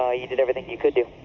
ah you did everything you could do.